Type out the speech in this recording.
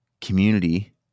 community